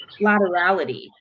laterality